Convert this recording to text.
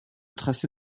tracé